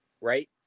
right